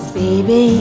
baby